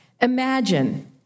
imagine